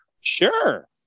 Sure